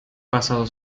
pasado